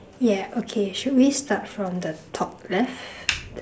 yeah okay should we start from the top left